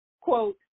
quote